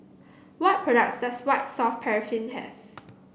what products does White Soft Paraffin have